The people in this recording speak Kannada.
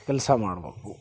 ಕೆಲಸ ಮಾಡ್ಬೇಕು